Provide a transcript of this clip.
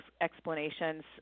explanations